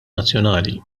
nazzjonali